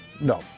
No